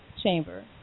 chamber